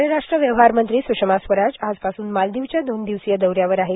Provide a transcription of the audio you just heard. परराष्ट्र व्यवहार मंत्री स्षमा स्वराज आजपासून मालदीवच्या दोन दिवसीय दौऱ्यावर आहेत